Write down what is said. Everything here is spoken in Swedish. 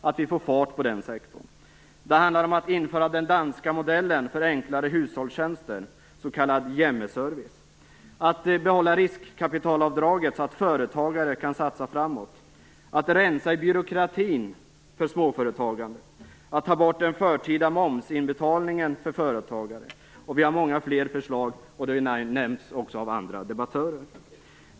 Vi måste få fart på den sektorn. Fler exempel är att införa den danska modellen för enklare hushållstjänster, s.k. hjemmeservice, att behålla riskkapitalavdraget så att företagare kan satsa framåt, att rensa i byråkratin för småföretagande samt att ta bort den förtida momsinbetalningen för företagare. Vi har många fler förslag, som också har nämnts av andra debattörer.